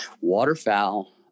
waterfowl